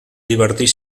divertir